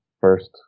first